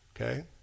okay